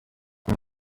iyi